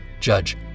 Judge